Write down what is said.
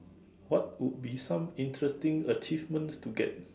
what would be some interesting achievements to get